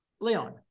Leon